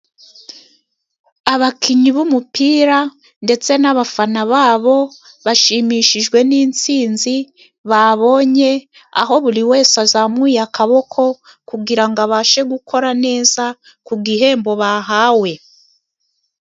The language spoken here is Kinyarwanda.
Abakinnyi b'umupira ndetse n'abafana babo bashimishijwe n'intsinzi babonye aho buri wese azamuye akaboko kugirango abashe gukora neza ku gihembo bahawe.